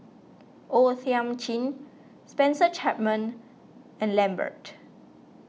O Thiam Chin Spencer Chapman and Lambert